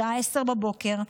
השעה 10:00,